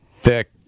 Thick